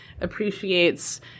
appreciates